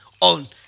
on